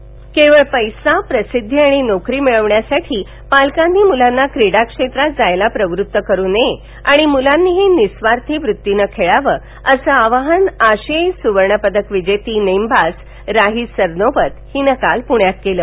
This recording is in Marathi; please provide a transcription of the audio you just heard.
राहीः केवळ पस्ती प्रसिद्धी आणि नोकरी मिळवण्यासाठी पालकांनी मुलांना क्रीडाक्षेत्रात जाण्यास प्रवृत्त करू नये आणि मुलांनीही निस्वार्थी वृत्तीनं खेळावं असं आवाहन आशियाई सुवर्णपदक विजेती नेमबाज राही सरनोबत हिनं काल पुण्यात केलं